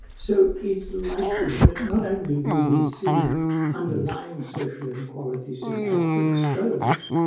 so it's likely that not only will we see underlying social inequalities in health exposed,